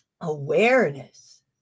awareness